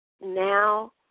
now